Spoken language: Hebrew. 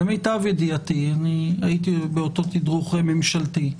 למיטב ידיעתי, הייתי באותו תדרוך ממשלתי,